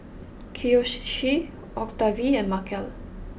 Kiyoshi Octavie and Markell